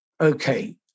Okay